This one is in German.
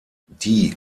die